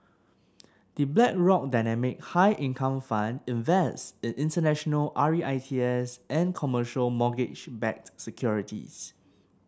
the Blackrock Dynamic High Income Fund invests in international R E I T S and commercial mortgage backed securities